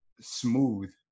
smooth